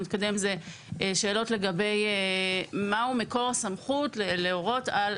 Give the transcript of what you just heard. להתקדם זה שאלות לגבי מהו מקור הסמכות של